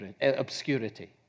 obscurity